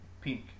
Pink